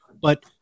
But-